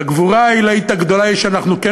והגבורה העילאית הגדולה היא שאנחנו כן